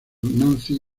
nancy